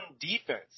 defense